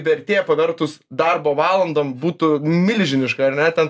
vertė pavertus darbo valandom būtų milžiniška ar ne ten